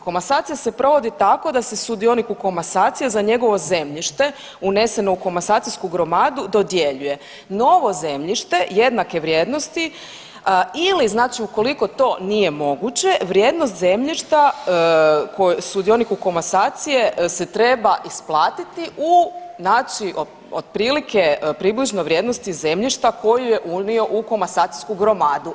Komasacija se provodi tako da se sudionik u komasaciji za njegovo zemljište uneseno u komasacijsku gromadu dodjeljuje novo zemljište jednake vrijednosti ili znači ukoliko to nije moguće vrijednost zemljišta sudioniku komasacije se treba isplatiti u, znači otprilike približnoj vrijednosti zemljišta koju je unio u komasacijsku gromadu.